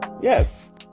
yes